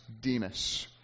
Demas